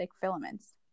filaments